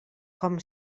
com